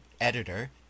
editor